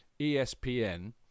ESPN